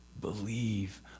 Believe